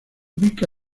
ubica